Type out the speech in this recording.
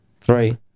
three